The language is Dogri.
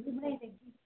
थोआढ़ी